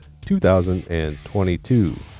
2022